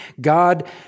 God